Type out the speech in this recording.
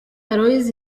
aloys